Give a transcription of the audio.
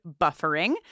buffering